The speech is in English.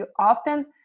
Often